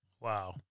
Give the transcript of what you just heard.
Wow